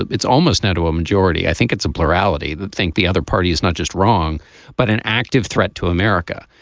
it's almost no to a majority. i think it's a plurality. i think the other party is not just wrong but an active threat to america.